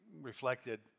reflected